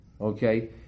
Okay